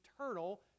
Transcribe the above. eternal